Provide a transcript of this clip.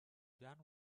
done